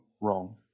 wrong